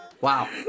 Wow